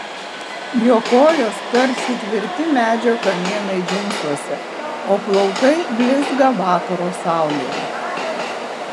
jo kojos tarsi tvirti medžio kamienai džinsuose o plaukai blizga vakaro saulėje